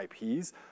IPs